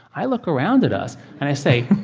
i look around at us and i say,